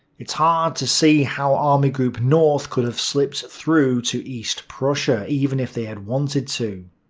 it's hard to see how army group north could have slipped through to east prussia even if they had wanted to.